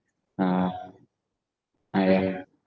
uh I